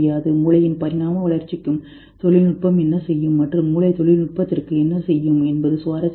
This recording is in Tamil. மூளையின் பரிணாம வளர்ச்சிக்கு தொழில்நுட்பம் என்ன செய்யும் மற்றும் மூளை தொழில்நுட்பத்திற்கு என்ன செய்யும் என்பது சுவாரஸ்யமானது